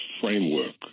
framework